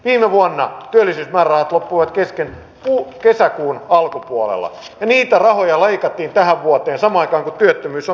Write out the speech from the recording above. viime vuonna työllisyysmäärärahat loppuivat kesken kesäkuun alkupuolella ja niitä rahoja leikattiin tähän vuoteen samaan aikaan kun työttömyys on kasvanut